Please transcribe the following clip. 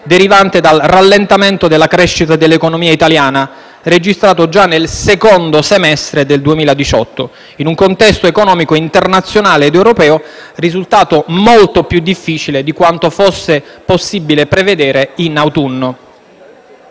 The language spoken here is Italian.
derivante dal rallentamento della crescita dell'economia italiana registrato già nel secondo semestre del 2018, in un contesto economico internazionale ed europeo risultato molto più difficile di quanto fosse possibile prevedere in autunno.